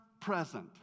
present